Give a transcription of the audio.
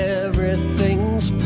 everything's